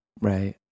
right